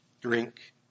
drink